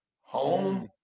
home